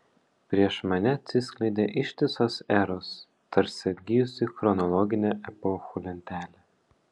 prieš mane atsiskleidė ištisos eros tarsi atgijusi chronologinė epochų lentelė